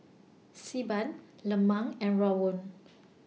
Xi Ban Lemang and Rawon